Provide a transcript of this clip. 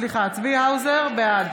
האוזר, בעד